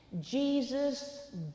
Jesus